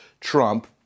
Trump